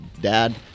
dad